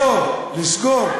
זאת התנועה האסלאמית,